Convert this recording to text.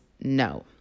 no